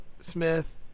Smith